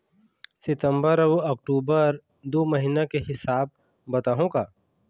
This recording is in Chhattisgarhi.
सितंबर अऊ अक्टूबर दू महीना के हिसाब बताहुं का?